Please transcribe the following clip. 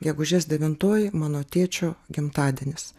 gegužės devintoji mano tėčio gimtadienis